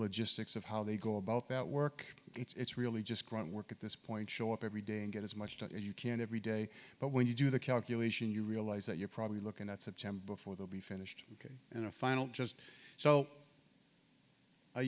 logistics of how they go about that work it's really just grunt work at this point show up every day and get as much time you can every day but when you do the calculation you realise that you're probably looking at september before they'll be finished in a final just so